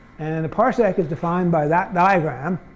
and a parsec is defined by that diagram.